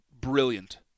brilliant